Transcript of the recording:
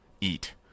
eat